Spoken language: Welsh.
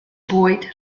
bwyd